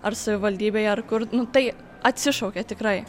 ar savivaldybėje ar kur nu tai atsišaukia tikrai